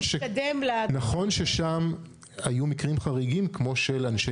נכון ששם היו מקרים חריגים כמו של אנשי